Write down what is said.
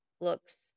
looks